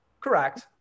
Correct